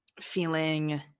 feeling